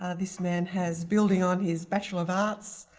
ah this man has. building on his bachelor of arts,